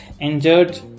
injured